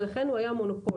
ולכן הוא היה מונופול.